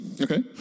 Okay